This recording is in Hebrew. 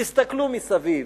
תסתכלו מסביב